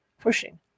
pushing